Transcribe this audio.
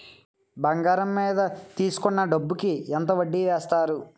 బంగారం మీద తీసుకున్న డబ్బు కి ఎంత వడ్డీ వేస్తారు?